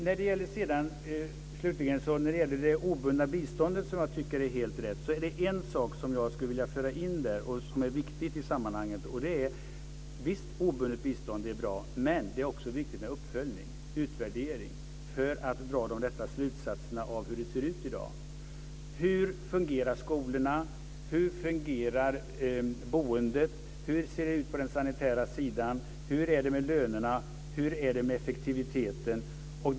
Jag tycker att det obundna biståndet är helt rätt, och det finns en viktig sak som jag skulle vilja föra in där. Det är bra med obundet bistånd, men det är också viktigt med uppföljning och utvärdering för att dra de rätta slutsatserna av hur det ser ut i dag. Hur fungerar skolorna? Hur fungerar boendet? Hur ser det ut på den sanitära sidan? Hur är det med lönerna? Hur är det med effektiviteten?